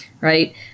right